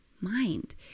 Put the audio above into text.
mind